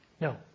no